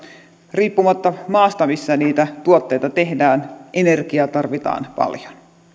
riippumatta maasta missä niitä tuotteita tehdään energiaa tarvitaan paljon